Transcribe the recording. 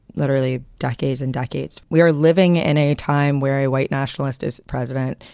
literally decades and decades we are living in a time where a white nationalist is president.